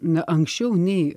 ne anksčiau nei